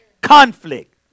conflict